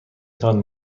تان